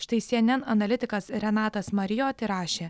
štai sy en en analitikas renatas marijoti rašė